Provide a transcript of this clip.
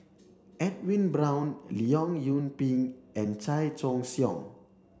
Edwin Brown Leong Yoon Pin and Chan Choy Siong